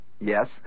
yes